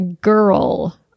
Girl